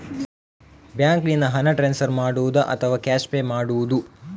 ಬ್ಯಾಂಕಿನಿಂದ ಹಣ ಟ್ರಾನ್ಸ್ಫರ್ ಮಾಡುವುದ ಅಥವಾ ಕ್ಯಾಶ್ ಪೇ ಮಾಡುವುದು?